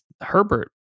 Herbert